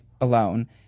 alone